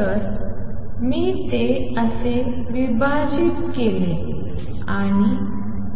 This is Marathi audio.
तर मी ते N2t असे विभाजित केले आणि